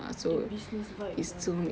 dia business vibes ah